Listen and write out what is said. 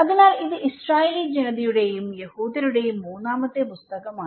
അതിനാൽ ഇത് ഇസ്രായേലി ജനതയുടെയും യഹൂദരുടെയും മൂന്നാമത്തെ പുസ്തകമാണ്